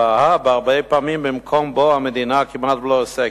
הבאה הרבה פעמים במקום שבו מדינת ישראל כמעט לא עוסקת,